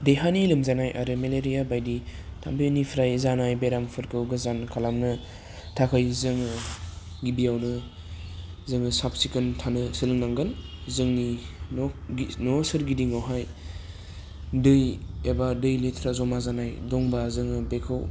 देहानि लोमजानाय आरो मेलेरिया बायदि थाम्फैनिफ्राय जानाय बेरामफोरखौ गोजान खालामनो थाखै जोङो गिबियावनो जोङो साब सिखन थानो सोलोंनांगोन जोंनि न' गि न' सोरगिदिंआवहाय दै एबा दै लेथ्रा ज'मा जानाय दंबा जोङो बेखौ